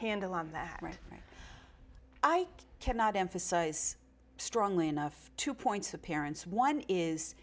handle on that i cannot emphasize strongly enough two points of parents one is